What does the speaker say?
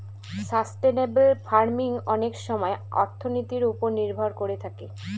sustainable farming অনেক সময় অর্থনীতির ওপর নির্ভর করে থাকে